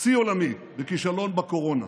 שיא עולמי בכישלון בקורונה.